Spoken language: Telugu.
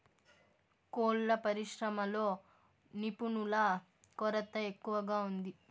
కోళ్ళ పరిశ్రమలో నిపుణుల కొరత ఎక్కువగా ఉంది